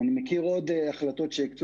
גם זה וגם יש סוגיה שהבנקים